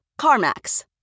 CarMax